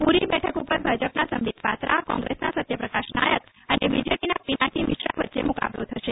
પ્રરી બેઠક પર ભાજપના સંબિત પાત્રા કોંગ્રેસના સત્યપ્રકાશ નાયક અને બીજેડીના પીનાકી મિશ્રા વચ્ચે મુકાબલો થશે